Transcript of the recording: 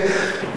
אבל פתאום,